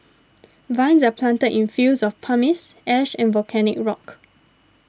Vines are planted in fields of pumice ash and volcanic rock